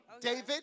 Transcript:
David